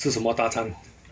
吃什么大餐